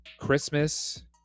Christmas